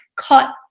caught